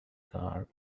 car